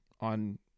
on